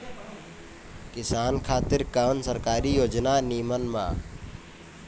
किसान खातिर कवन सरकारी योजना नीमन बा?